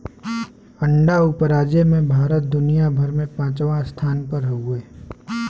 अंडा उपराजे में भारत दुनिया भर में पचवां स्थान पर हउवे